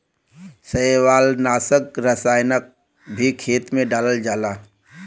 शैवालनाशक रसायन भी खेते में डालल जाला